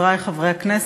חברי חברי הכנסת,